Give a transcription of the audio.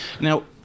Now